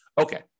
Okay